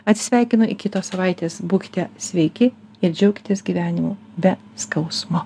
atsisveikinu iki tos savaitės būkite sveiki ir džiaukitės gyvenimu be skausmo